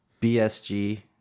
BSG